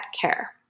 Care